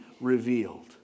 revealed